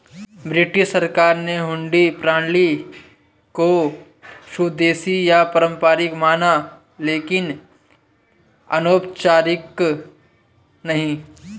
British सरकार ने हुंडी प्रणाली को स्वदेशी या पारंपरिक माना लेकिन अनौपचारिक नहीं